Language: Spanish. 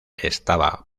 estaba